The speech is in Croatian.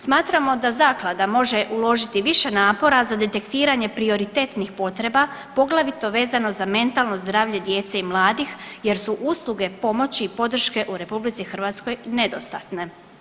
Smatramo da zaklada može uložiti više napora za detektiranje prioritetnih potreba poglavito vezano za mentalno zdravlje djece i mladih, jer su usluge pomoći i podrške u RH nedostatne.